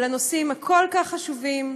לנושאים הכל-כך חשובים,